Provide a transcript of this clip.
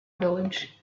village